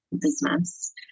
business